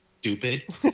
stupid